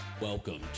Welcome